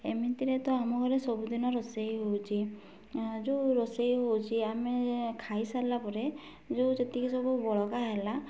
ଏମିତିରେ ତ ଆମ ଘରେ ସବୁଦିନ ରୋଷେଇ ହେଉଛି ଯେଉଁ ରୋଷେଇ ହେଉଛି ଆମେ ଖାଇସାରିଲା ପରେ ଯୋଉ ଯେତିକି ସବୁ ବଳକା ହେଲା